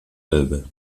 elbe